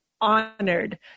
honored